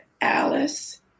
Alice